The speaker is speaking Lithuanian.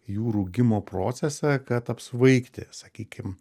jų rūgimo procesą kad apsvaigti sakykim